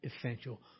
essential